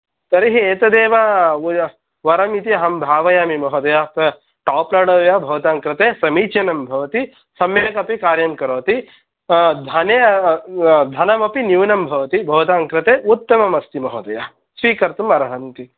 तर्हि एतदेव वरमिति अहं भावयामि महोदय टाप् लोड् एव भवतां कृते समीचीनं भवति सम्यक् अपि कार्यं करोति धने धनमपि न्यूनं भवति भवतां कृते उत्तममस्ति महोदय स्वीकर्तुमर्हन्ति